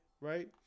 Right